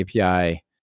API